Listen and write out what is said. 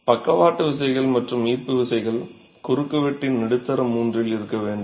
பக்கவாட்டு விசைகள் மற்றும் ஈர்ப்பு விசைகள் குறுக்குவெட்டின் நடுத்தர மூன்றில் இருக்க வேண்டும்